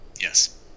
Yes